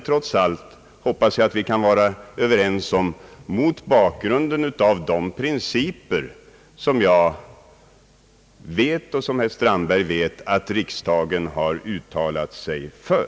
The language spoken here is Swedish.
Trots allt hoppas jag att vi kan vara överens om de principer som jag vet — och som herr Strandberg vet — att riksdagen har uttalat sig för.